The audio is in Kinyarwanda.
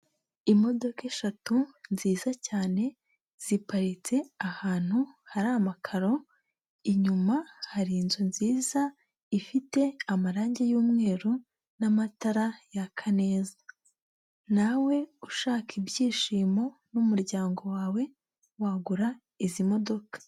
Imodoka eshatu nziza cyane ziparitse ahantu hari amakaro, inyuma hari inzu nziza ifite amarange y'umweru n'amatara yaka neza. Nawe ushaka ibyishimo n'umuryango wawe wagura izi modoka.